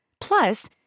Plus